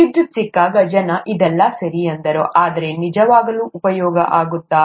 ವಿದ್ಯುತ್ ಸಿಕ್ಕಾಗ ಜನ ಇದೆಲ್ಲಾ ಸರಿ ಅಂದರು ಆದರೆ ನಿಜವಾಗಲು ಉಪಯೋಗ ಆಗುತ್ತಾ